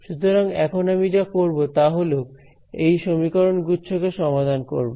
সুতরাং এখন আমি যা করব তা হল এই সমীকরণ গুচ্ছকে সমাধান করব